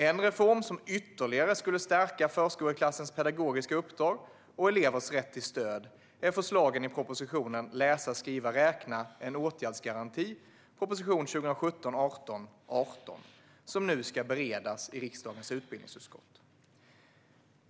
En reform som ytterligare skulle stärka förskoleklassens pedagogiska uppdrag och elevers rätt till stöd är förslagen i propositionen Läsa , skriva , räkna - en åtgärdsgaranti , prop. 2017/18:18, som nu ska beredas i riksdagens utbildningsutskott.